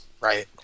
right